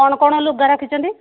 କ'ଣ କ'ଣ ଲୁଗା ରଖିଛନ୍ତି